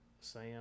Sam